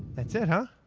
that's it huh?